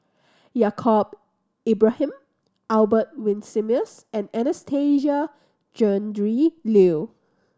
Yaacob Ibrahim Albert Winsemius and Anastasia Tjendri Liew